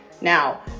Now